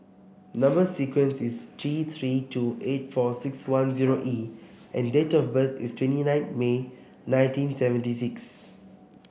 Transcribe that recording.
number sequence is T Three two eight four six one zero E and date of birth is twenty nine May nineteen seventy six